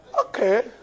Okay